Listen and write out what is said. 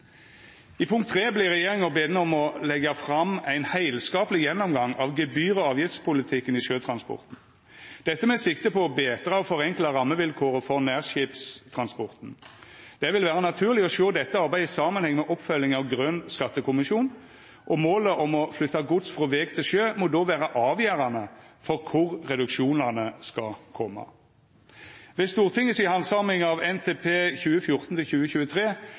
i Nasjonal transportplan. I forslag til vedtak III vert regjeringa beden om å leggja fram ein heilskapleg gjennomgang av gebyr- og avgiftspolitikken i sjøtransporten, dette med sikte på å betra og forenkla rammevilkåra for nærskipstransporten. Det vil vera naturleg å sjå dette arbeidet i samanheng med oppfølging av Grøn skattekommisjon, og målet om å flytta gods frå veg til sjø må då vera avgjerande for kvar reduksjonane skal koma. Ved Stortinget si handsaming av NTP 2014–2023 vart det gjeve støtte til